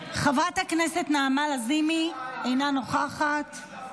חברת הכנסת נעמה לזימי, אינה נוכחת.